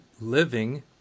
living